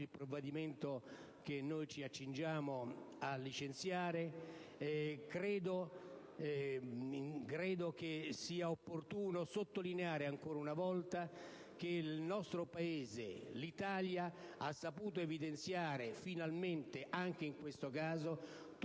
il provvedimento che ci accingiamo a licenziare, credo sia opportuno sottolineare ancora una volta che il nostro Paese ha saputo evidenziare, anche in questo caso,